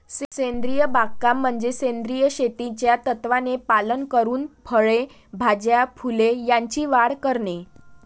सेंद्रिय बागकाम म्हणजे सेंद्रिय शेतीच्या तत्त्वांचे पालन करून फळे, भाज्या, फुले यांची वाढ करणे